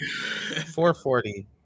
440